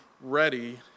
ready